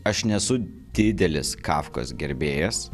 aš nesu didelis kafkos gerbėjas